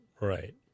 Right